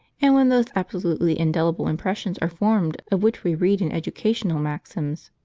and when those absolutely indelible impressions are formed of which we read in educational maxims.